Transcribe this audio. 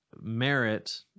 merit